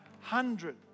hundred